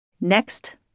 Next